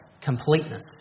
completeness